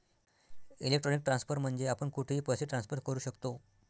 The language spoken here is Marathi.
इलेक्ट्रॉनिक ट्रान्सफर म्हणजे आपण कुठेही पैसे ट्रान्सफर करू शकतो